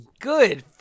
Good